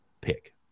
pick